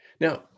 Now